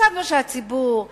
חשבנו שהציבור,